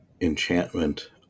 enchantment